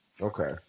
Okay